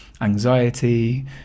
anxiety